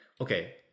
okay